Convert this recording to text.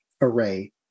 array